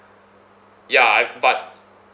ya I but